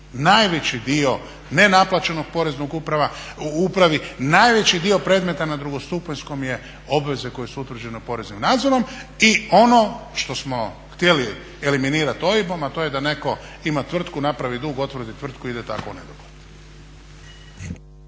Najveći dio nenaplaćenog u upravi, najveći dio predmeta na drugostupanjskom je obveze koje su utvrđene poreznim nadzorom. I ono što smo htjeli eliminirati OIB-om, a to je da netko ima tvrtku, napravi dug, otvori tvrtku i ide tako u nedogled.